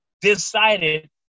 decided